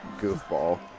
goofball